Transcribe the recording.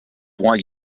why